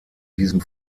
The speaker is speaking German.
diesem